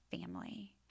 family